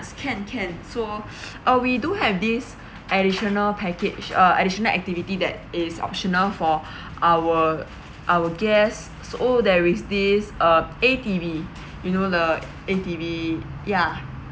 can can so uh we do have this additional package uh additional activity that is optional for our our guest so there is this uh A_T_V you know the A_T_V ya